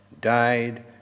died